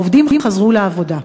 העובדים חזרו לעבודה.